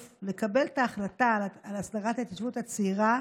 לקבל את ההחלטה על הסדרת ההתיישבות הצעירה